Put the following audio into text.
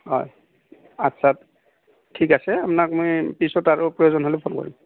হয় আচ্ছা ঠিক আছে আপোনাক মই পিছত আৰু প্ৰয়োজন হ'লে ফোন কৰিম